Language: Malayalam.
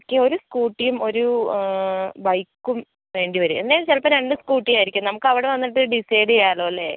ഓക്കെ ഒരു സ്കൂട്ടിയും ഒരു ബൈക്കും വേണ്ടിവരും അല്ലെങ്കിൽ ചിലപ്പോൾ രണ്ട് സ്കൂട്ടി ആയിരിക്കും നമുക്കവിടെ വന്നിട്ട് ഡിസൈഡ് ചെയ്യാമല്ലോ അല്ലേ